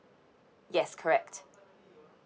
yes correct